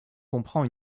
comprend